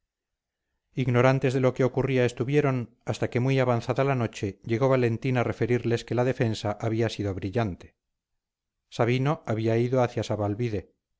ignorantes de lo que ocurría estuvieron hasta que muy avanzada la noche llegó valentín a referirles que la defensa había sido brillante sabino había ido hacia sabalbide donde